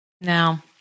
Now